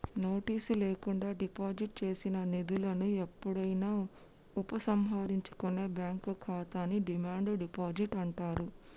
notice లేకుండా deposit చేసిన నిధులను ఎప్పుడైనా ఉపసంహరించుకునే బ్యాంక్ ఖాతాని డిమాండ్ డిపాజిట్ అంటారు